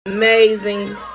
amazing